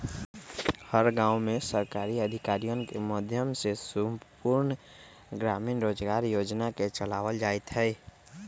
हर गांव में सरकारी अधिकारियन के माध्यम से संपूर्ण ग्रामीण रोजगार योजना के चलावल जयते हई